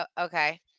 okay